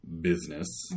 business